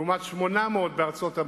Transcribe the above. לעומת 800 בארצות-הברית,